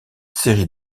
série